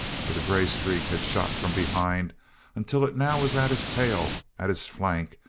for the grey streak had shot from behind until it now was at his tail, at his flank,